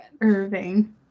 Irving